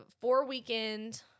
four-weekend